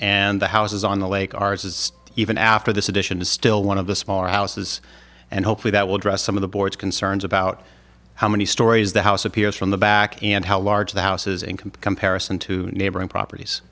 and the houses on the lake ours is even after this addition is still one of the smaller houses and hopefully that will draw some of the boards concerns about how many stories the house appears from the back and how large the houses in comparison to neighboring properties